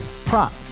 prop